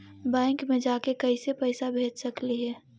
Bank मे जाके कैसे पैसा भेज सकली हे?